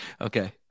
Okay